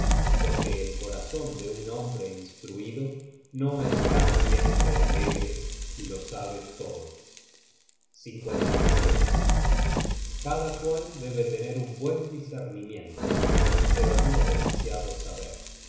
porque el corazon de un hombre instruido no está siempre alegre si lo sabe todo cada cual debe tener un buen discernimiento pero no demasiado saber